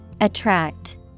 Attract